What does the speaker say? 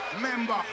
Member